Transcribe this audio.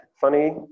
Funny